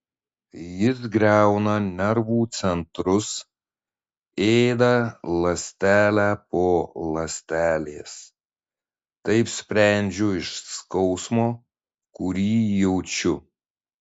jis griauna nervų centrus ėda ląstelę po ląstelės taip sprendžiu iš skausmo kurį jaučiu